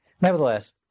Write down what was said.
Nevertheless